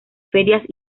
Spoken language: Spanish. ferias